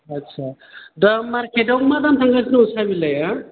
आटसा दा मारखेदाव मा दाम थांगासिनो दं साहा बिलाइया